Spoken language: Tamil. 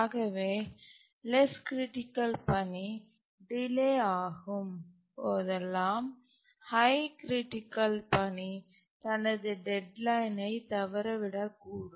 ஆகவே லெஸ் கிரிட்டிக்கல் பணி டிலே ஆகும் போதெல்லாம் ஹய் கிரிட்டிக்கல் பணி தனது டெட்லைனை தவறவிடக்கூடும்